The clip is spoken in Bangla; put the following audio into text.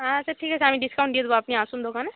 আচ্ছা ঠিক আছে আমি ডিসকাউন্ট দিয়ে দেবো আপনি আসুন দোকানে